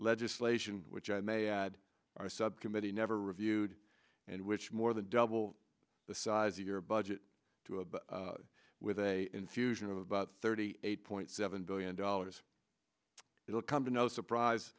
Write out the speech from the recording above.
legislation which i may add my subcommittee never reviewed and which more than double the size of your budget to a with a infusion of about thirty eight point seven billion dollars it will come to no surprise